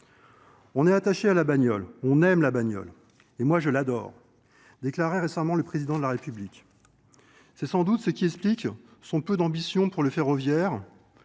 on est attaché à la bagnole on aime je l'adore, déclarait récemment le président de la République, c'est sans doute ce qui explique son peu d'ambition pour le ferroviaire